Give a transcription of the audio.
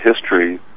history